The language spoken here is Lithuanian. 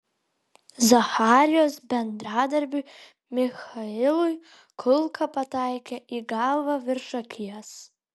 zacharijos bendradarbiui michailui kulka pataikė į galvą virš akies